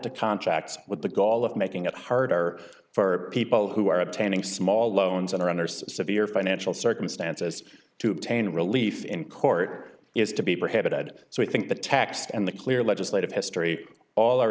to contracts with the goal of making it harder for people who are obtaining small loans and are under severe financial circumstances to obtain relief in court is to be prohibited so i think the tax and the clear legislative history all